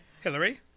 Hillary